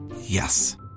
Yes